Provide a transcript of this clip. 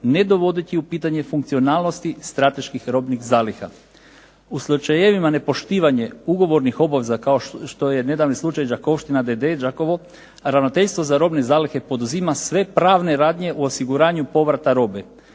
ne dovodeći u pitanje funkcionalnosti strateških robnih zaliha. U slučajevima nepoštivanja ugovornih obaveza kao što je nedavni slučaj Đakovština d.d. Đakovo Ravnateljstvo za robne zalihe poduzima sve pravne radnje u osiguranju povrata robe,